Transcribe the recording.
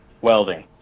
welding